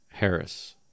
Harris